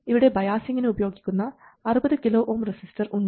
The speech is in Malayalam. ഇവിടെ ബയാസിങിനു ഉപയോഗിക്കുന്ന 60 kΩ റെസിസ്റ്റർ ഉണ്ട്